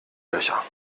löcher